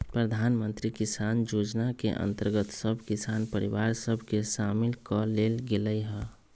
प्रधानमंत्री किसान जोजना के अंतर्गत सभ किसान परिवार सभ के सामिल क् लेल गेलइ ह